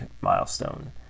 milestone